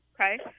Okay